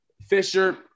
Fisher